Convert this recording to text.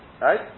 Right